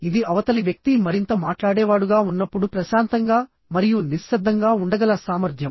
ఇది అవతలి వ్యక్తి మరింత మాట్లాడేవాడుగా ఉన్నప్పుడు ప్రశాంతంగా మరియు నిశ్శబ్దంగా ఉండగల సామర్థ్యం